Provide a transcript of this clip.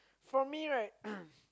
for me right